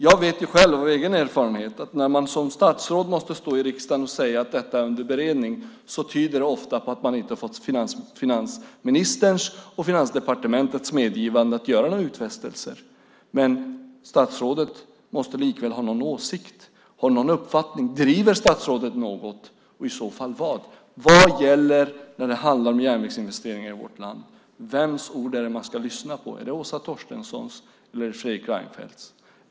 Jag vet själv av egen erfarenhet att när man som statsråd måste stå i riksdagen och säga att detta är under beredning tyder det ofta på att man inte har fått finansministerns och Finansdepartementets medgivande att göra några utfästelser. Men statsrådet måste likväl ha någon åsikt och någon uppfattning. Driver statsrådet något, och i så fall vad? Vad gäller när det handlar om järnvägsinvesteringar i vårt land? Vems ord är det man ska lyssna på? Är det Åsa Torstenssons eller Fredrik Reinfeldts?